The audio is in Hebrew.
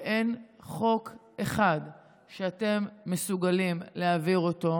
כשאין חוק אחד שאתם מסוגלים להעביר אותו,